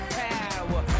power